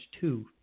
two